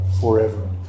forever